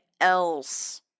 else